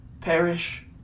perish